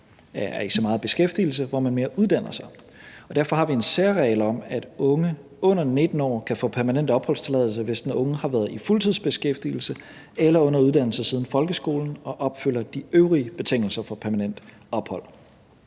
man ikke så meget er i beskæftigelse, men hvor man mere uddanner sig, og derfor har vi en særregel om, at unge under 19 år kan få permanent opholdstilladelse, hvis den unge har været i fuldtidsbeskæftigelse eller under uddannelse siden folkeskolen og opfylder de øvrige betingelser for permanent ophold,